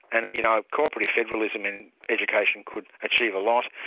and you know co-operative federalism in education could achieve a lot,